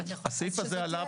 ורצינו לאפשר לשרים